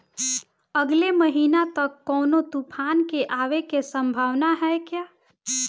अगले महीना तक कौनो तूफान के आवे के संभावाना है क्या?